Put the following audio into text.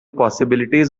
possibilities